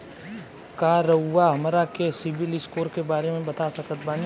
का रउआ हमरा के सिबिल स्कोर के बारे में बता सकत बानी?